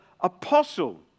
Apostle